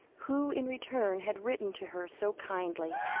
who in return had written to her so kindly.